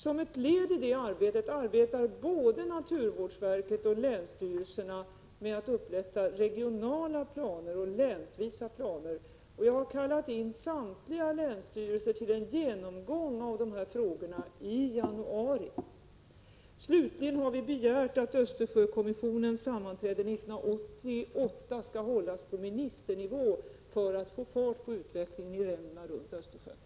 Som ett led i detta arbete är både naturvårdsverket och länsstyrelserna i färd med att upprätta regionala och länsvisa planer. Jag har kallat in samtliga länsstyrelser till en genomgång av dessa frågor i januari. Slutligen har regeringen begärt att Östersjökommissionens sammanträde 1988 skall hållas på ministernivå, för att få fart på utvecklingen i länderna runt Östersjön.